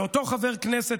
איזה מזל, חבר הכנסת